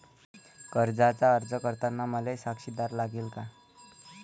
कर्जाचा अर्ज करताना मले साक्षीदार लागन का?